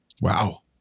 Wow